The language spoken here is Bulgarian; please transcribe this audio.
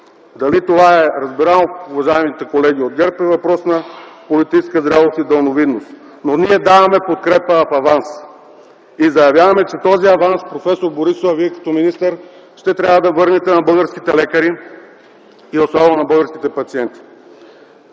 Дали това е разбрано от уважаемите колеги от ГЕРБ е въпрос на политическа зрялост и далновидност. Ние даваме подкрепа в аванс и заявяваме, че този аванс, проф. Борисова, Вие като министър, ще трябва да върнете на българските лекари и особено на българските пациенти.